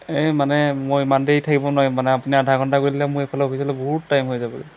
এই মানে মই ইমান দেৰি থাকিব নোৱাৰিম মানে আপুনি আধা ঘণ্টা কৰি দিলে মোৰ এইফালে অফিচলৈ বহুত টাইম হৈ যাব